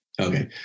Okay